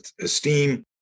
esteem